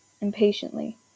impatiently